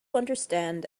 understand